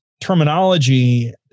terminology